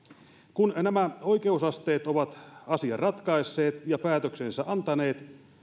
kun nämä oikeusasteet ovat asian ratkaisseet ja päätöksensä antaneet